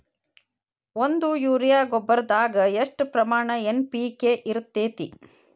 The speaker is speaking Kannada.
ಒಂದು ಯೂರಿಯಾ ಗೊಬ್ಬರದಾಗ್ ಎಷ್ಟ ಪ್ರಮಾಣ ಎನ್.ಪಿ.ಕೆ ಇರತೇತಿ?